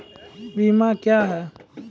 बीमा क्या हैं?